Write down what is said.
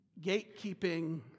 gatekeeping